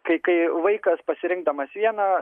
kai kai vaikas pasirinkdamas vieną